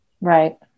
Right